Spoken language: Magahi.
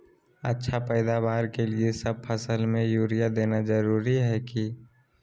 अच्छा पैदावार के लिए सब फसल में यूरिया देना जरुरी है की?